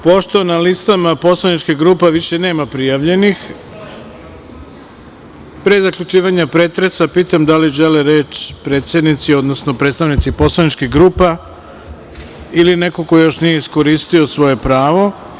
Pošto na listama poslaničkih grupa više nema prijavljenih, pre zaključivanja pretresa pitam da li žele reč predsednici, odnosno predstavnici poslaničkih grupa ili neko ko još nije iskoristio svoje pravo?